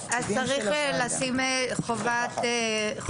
צריך לשים חובת ייצוג הולם.